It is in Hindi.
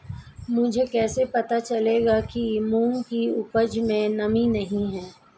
मुझे कैसे पता चलेगा कि मूंग की उपज में नमी नहीं है?